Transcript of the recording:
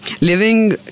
Living